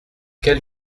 quel